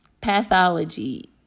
Pathology